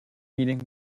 meeting